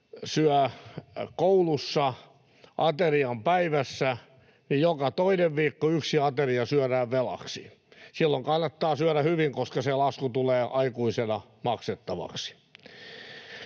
syövät koulussa aterian päivässä, niin joka toinen viikko yksi ateria syödään velaksi. Silloin kannattaa syödä hyvin, koska se lasku tulee aikuisena maksettavaksi.